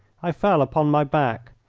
i fell upon my back.